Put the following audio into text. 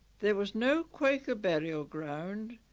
there was no quaker burial ground,